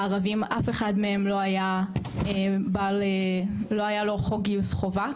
הערבים אף אחד מהם לא היה לו חוק גיוס חובה,